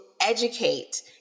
educate